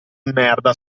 merda